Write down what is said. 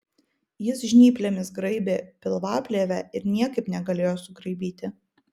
jis žnyplėmis graibė pilvaplėvę ir niekaip negalėjo sugraibyti